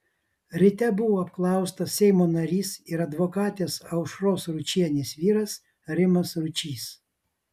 ryte buvo apklaustas seimo narys ir advokatės aušros ručienės vyras rimas ručys